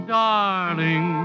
darling